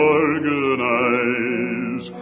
organize